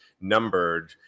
numbered